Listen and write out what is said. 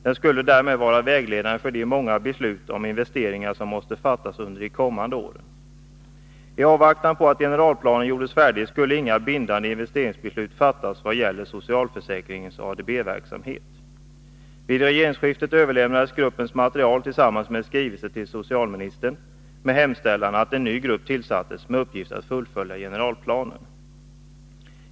Den skulle därmed vara vägledande för de många beslut om investeringar som måste fattas under de kommande åren. I avvaktan på att generalplanen gjordes färdig skulle inga bindande investeringsbeslut fattas vad gäller socialförsäkringens ADB-verksamhet. Vid regeringsskiftet överlämnades gruppens material tillsammans med en skrivelse till socialministern med hemställan att en ny grupp tillsattes med uppgift att fullfölja generalplanen.